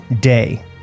day